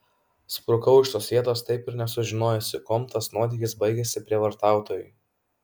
sprukau iš tos vietos taip ir nesužinojusi kuom tas nuotykis baigėsi prievartautojui